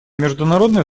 международное